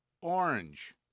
Orange